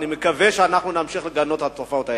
ואני מקווה שאנחנו נמשיך לגנות את התופעות האלה.